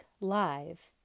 Live